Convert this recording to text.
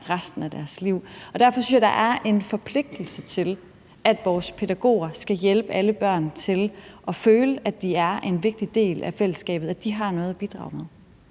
resten af deres liv. Derfor synes jeg, der er en forpligtelse til, at vores pædagoger skal hjælpe alle børn til at føle, at de er en vigtig del af fællesskabet, at de har noget at bidrage med.